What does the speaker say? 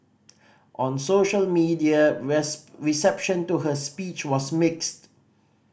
on social media reception to her speech was mixed